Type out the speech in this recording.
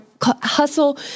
hustle